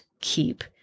keep